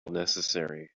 necessary